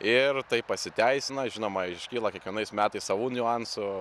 ir tai pasiteisina žinoma iškyla kiekvienais metais savų niuansų